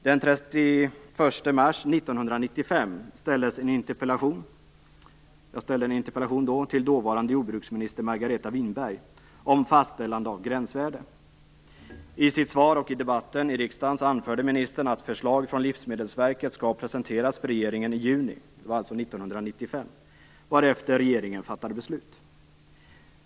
Den 31 mars 1995 ställde jag en interpellation till dåvarande jordbruksminister Margareta Winberg om fastställande av gränsvärde. I sitt svar och i debatten i riksdagen anförde ministern att förslag från Livsmedelsverket skall presenteras för regeringen i juni - detta var alltså 1995 - varefter regeringen skulle fatta beslut.